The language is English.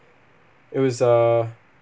it was uh